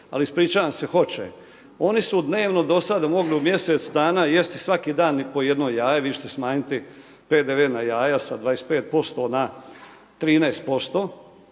ali ispričavam se hoće. Oni su dnevno do sada mogli u mjesec dana jesti svaki dan po jedno jaje, vi ćete smanjiti PDV na jaja, sa 25% na 13%,